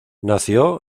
nació